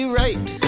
right